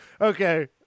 okay